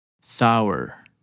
sour